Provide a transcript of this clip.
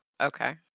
okay